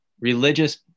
religious